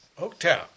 Oaktown